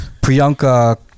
Priyanka